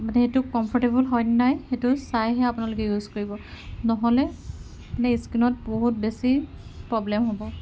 মানে সেইটো কমফৰটেবল হয়নে নহয় সেইটো চাইহে আপোনালোকে ইউজ কৰিব নহ'লে মানে স্কীনত বহুত বেছি প্ৰব্লেম হ'ব